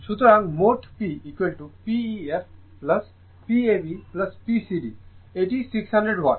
সুতরাং মোট PPef Pab P cd এটি 600 ওয়াট